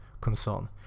concern